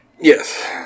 Yes